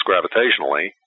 gravitationally